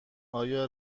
آیا